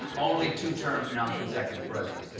only two-term non-consecutive president.